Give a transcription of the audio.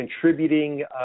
contributing